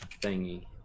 thingy